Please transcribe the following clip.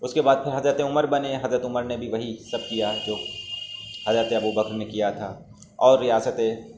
اس کے بعد پھر حضرت عمر بنے حضرت عمر نے بھی وہی سب کیا جو حضرت ابوبکر نے کیا تھا اور ریاستیں